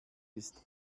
ist